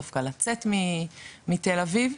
דווקא לצאת מתל אביב.